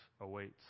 awaits